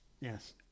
Yes